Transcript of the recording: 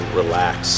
relax